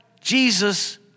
Jesus